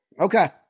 okay